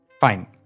Fine